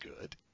good